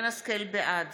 בעד